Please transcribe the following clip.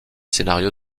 scénarios